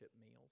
meals